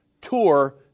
tour